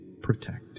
Protect